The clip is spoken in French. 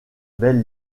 belle